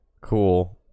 Cool